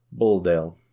Bulldale